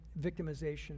victimization